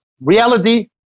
Reality